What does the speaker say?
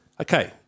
okay